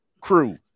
crew